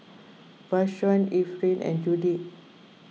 Vashon Efrain and Judith